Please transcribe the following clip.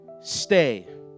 Stay